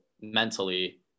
mentally